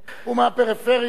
הוא מהפריפריה.